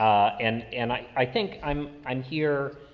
um and, and i, i think i'm, i'm here,